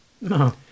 No